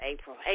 April